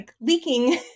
leaking